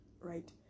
right